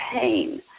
pain